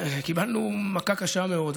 קיבלנו מכה קשה מאוד,